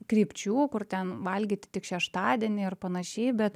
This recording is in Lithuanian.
krypčių kur ten valgyti tik šeštadienį ir panašiai bet